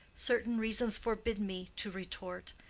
certain reasons forbid me to retort.